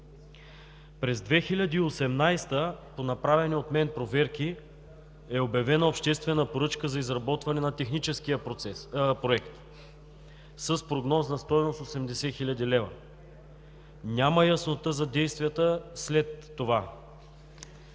През 2018-а, по направени от мен проверки, е обявена обществена поръчка за изработване на техническия проект с прогнозна стойност 80 хил. лв. Няма яснота за действията след това.